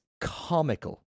comical